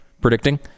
predicting